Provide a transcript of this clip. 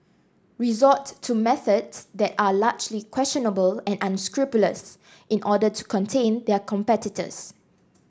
resort to methods that are largely questionable and unscrupulous in order to contain their competitors